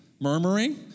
murmuring